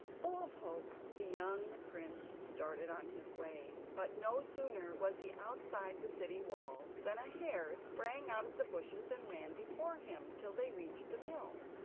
full of hope the young prince started on his way, but no sooner was he outside the city walls than a hare sprang out of the bushes and ran before him, till they reached the mill.